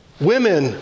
women